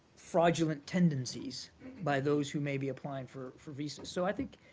fraudulent tendencies by those who may be applying for for visas. so i think,